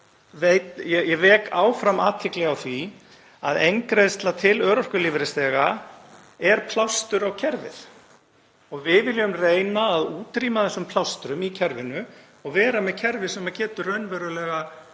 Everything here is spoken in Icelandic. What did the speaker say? ég vek áfram athygli á því að eingreiðsla til örorkulífeyrisþega er plástur á kerfið og við viljum reyna að útrýma þessum plástrum í kerfinu og vera með kerfi sem getur raunverulega haldið